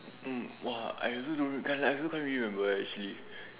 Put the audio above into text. mm !wah! I also don't I also can't really remember actually